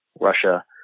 Russia